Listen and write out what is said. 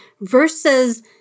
versus